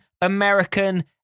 American